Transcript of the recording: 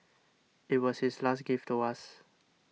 it was his last gift to us